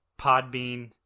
Podbean